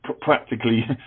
practically